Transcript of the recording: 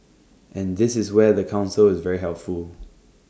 and this is where the Council is very helpful